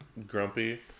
grumpy